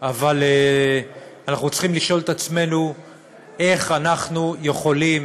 אבל אנחנו צריכים לשאול את עצמנו איך אנחנו יכולים